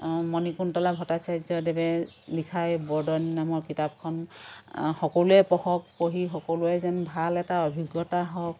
মণিকুন্তলা ভট্টাচাৰ্যদেৱে লিখা এই বৰদোৱানী নামৰ কিতাপখন সকলোৱে পঢ়ক পঢ়ি সকলোৱে যেন ভাল এটা অভিজ্ঞতা হওক